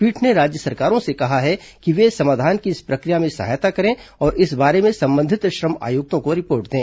पीठ ने राज्य सरकारों से कहा है कि वे समाधान की इस प्रशिक्र या में सहायता करें और इस बारे में संबंधित श्रम आयुक्तों को रिपोर्ट दें